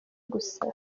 gusa